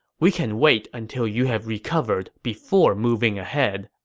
we can wait until you have recovered before moving ahead.